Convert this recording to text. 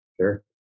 Sure